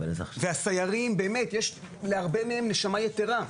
להרבה מהסיירים יש נשמה יתרה,